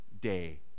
day